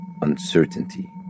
uncertainty